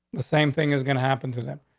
the same thing is gonna happen to them.